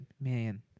man